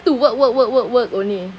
to work work work work work only